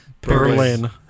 Berlin